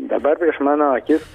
dabar prieš mano akis